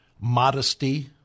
modesty